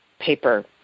paper